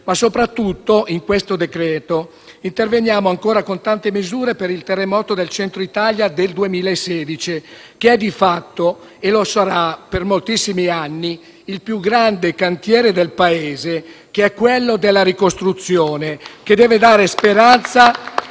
Soprattutto, in questo decreto-legge interveniamo ancora con tante misure per il terremoto del Centro-Italia del 2016 che, di fatto, è e sarà per moltissimi anni il più grande cantiere del Paese, quello della ricostruzione, che deve dare speranza